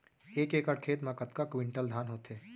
एक एकड़ खेत मा कतका क्विंटल धान होथे?